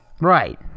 Right